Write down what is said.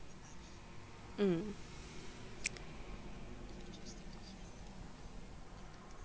mm